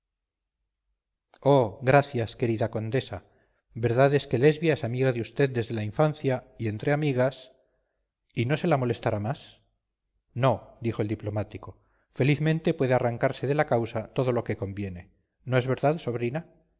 gracias querida condesa verdad es que lesbia es amiga de vd desde la infancia y entre amigas y no se la molestará más no dijo el diplomático felizmente puede arrancarse de la causa todo lo que conviene no es verdad sobrina